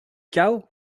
chaos